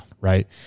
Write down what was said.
right